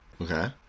Okay